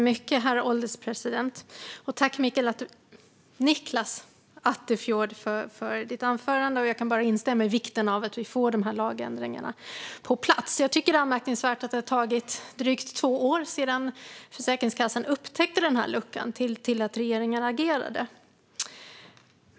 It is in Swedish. Herr ålderspresident! Tack för ditt anförande, Nicklas Attefjord! Jag kan bara instämma i vikten av att vi får de här lagändringarna på plats. Jag tycker att det är anmärkningsvärt att det tog drygt två år från det att Försäkringskassan upptäckte den här luckan tills regeringen agerade.